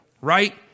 Right